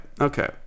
Okay